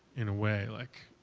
in a way. like